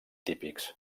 típics